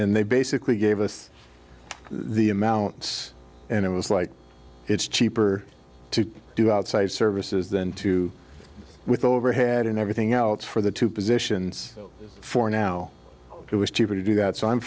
they basically gave us the amounts and it was like it's cheaper to do outside services than to with overhead and everything else for the two positions for now it was cheaper to do that so i'm